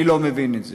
אני לא מבין את זה.